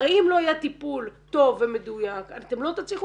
הרי אם לא יהיה טיפול טוב ומדויק אתם לא תצליחו